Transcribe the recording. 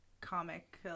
comic